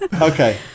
okay